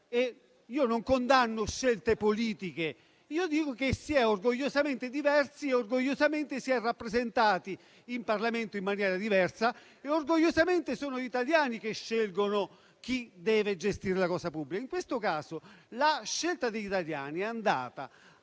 Io non condanno scelte politiche. Io dico che si è orgogliosamente diversi, che orgogliosamente si è rappresentati in Parlamento in maniera diversa e che orgogliosamente sono gli italiani che scelgono chi deve gestire la cosa pubblica. In questo caso, la scelta degli italiani è andata a